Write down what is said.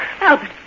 Albert